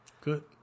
Good